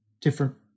different